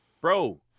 Bro